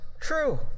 true